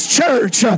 church